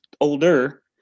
older